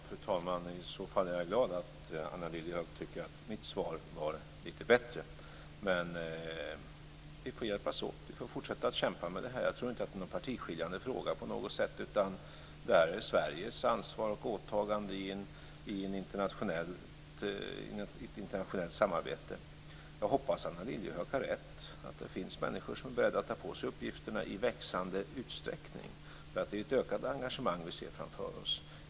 Fru talman! I så fall är jag glad att Anna Lilliehöök tycker att mitt svar var lite bättre. Vi får hjälpas åt och fortsätta att kämpa med detta. Jag tror inte att det är en partiskiljande fråga på något sätt. Det gäller Sveriges ansvar och åtagande i ett internationellt samarbete. Jag hoppas att Anna Lilliehöök har rätt att det finns människor som är beredda att ta på sig uppgifterna i växande utsträckning. Det är ett ökat engagemang vi ser framför oss.